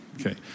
Okay